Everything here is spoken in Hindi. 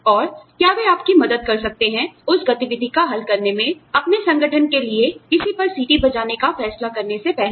और क्या वे आपकी मदद कर सकते हैं उस गति विधि का हल करने में अपने संगठन के लिए किसी पर सीटी बजाने का फैसला करने से पहले